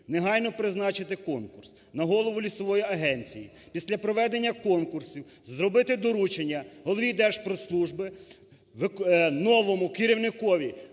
негайно призначити конкурс на голову лісової агенції. Після проведення конкурсу зробити доручення голові Держпродслужби, новому керівникові